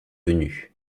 venus